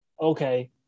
okay